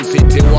City